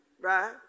right